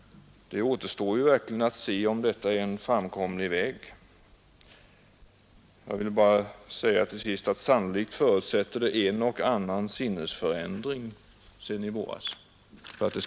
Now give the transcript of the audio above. Det aterstår att se, om detta är en framk omlig väg. Jag vill till sist säga, att det för att man skall lyckas sannolikt förutsätter en och annan sinnesförändring sedan i varas.